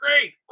great